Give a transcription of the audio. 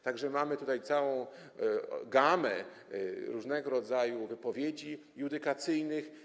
Tak że mamy tutaj całą gamę różnego rodzaju wypowiedzi judykacyjnych.